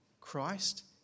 Christ